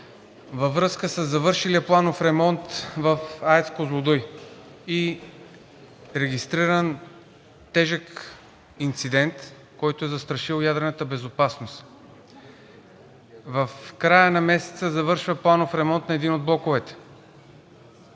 във връзка със завършилия планов ремонт в АЕЦ „Козлодуй“ и регистриран тежък инцидент, който е застрашил ядрената безопасност. В края на месеца завършва планов ремонт на един от блоковете,